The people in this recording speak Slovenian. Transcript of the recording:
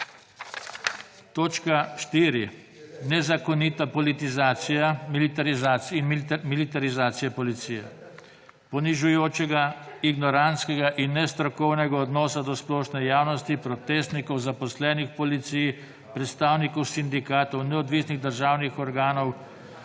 Točka štiri, nezakonita politizacija, militarizacija policije; ponižujoč, ignorantski in nestrokoven odnos do splošne javnosti, protestnikov, zaposlenih v policije, predstavnikov sindikatov, neodvisnih državnih organov